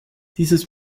dieses